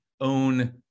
own